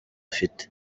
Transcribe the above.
afite